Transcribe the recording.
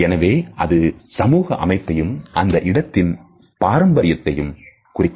எனவே அது சமூக அமைப்பையும் அந்த இடத்தின் பாரம்பரியத்தையும் குறிக்கும்